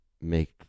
make